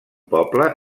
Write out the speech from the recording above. poble